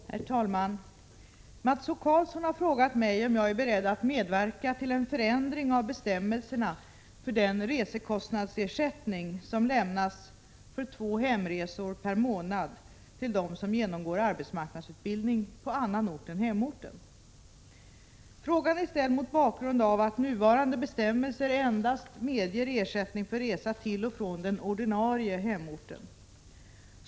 Herr talman! Mats O Karlsson har frågat mig om jag är beredd att medverka till en förändring av bestämmelserna för den resekostnadsersättning som lämnas för två hemresor per månad till dem som genomgår arbetsmarknadsutbildning på annan ort än hemorten. Frågan är ställd mot bakgrund av att nuvarande bestämmelser endast medger ersättning för resa till och från den ordinarie hemorten.